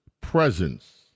Presence